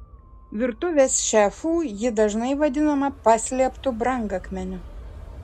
virtuvės šefų ji dažnai vadinama paslėptu brangakmeniu